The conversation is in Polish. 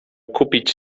kupić